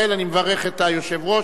26 בעד, אין מתנגדים, אין נמנעים.